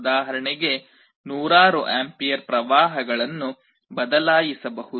ಉದಾಹರಣೆಗೆ ನೂರಾರು ಆಂಪಿಯರ್ ಪ್ರವಾಹಗಳನ್ನು ಬದಲಾಯಿಸಬಹುದು